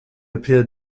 appear